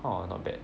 !wah! not bad